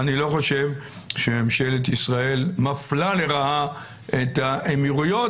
אני לא חושב שממשלת ישראל מפלה לרעה את האמירויות,